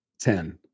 Ten